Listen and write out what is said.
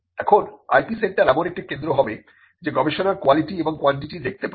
এখন IP centre এমন একটি কেন্দ্র হবে যে গবেষণার কোয়ালিটি এবং কোয়ান্টিটি দেখতে পারে